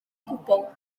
gwbl